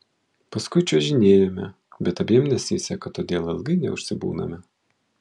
paskui čiuožinėjame bet abiem nesiseka todėl ilgai neužsibūname